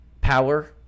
power